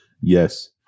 Yes